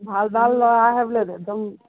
ভাল ভাল ল'ৰা আহে বোলে একদম